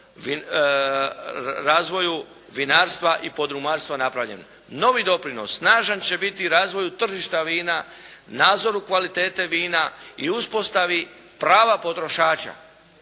razvoju vinarstva i podrumarstva napravljen, novi doprinos snažan će biti razvoju tržišta vina, nadzoru kvalitete vina i uspostavi prava potrošača.